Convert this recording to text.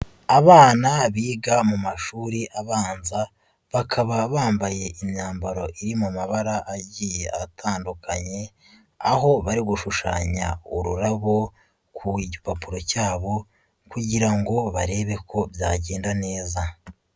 Abana biga mu mashuri abanza, bakaba bambaye imyambaro iri mu mabara agiye atandukanye, aho bari gushushanya ururabo ku gipapuro cyabo kugira ngo barebe ko byagenda neza.